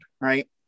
right